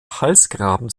halsgraben